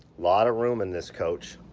lot of room in this coach.